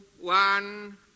one